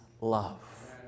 love